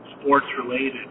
sports-related